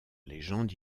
légende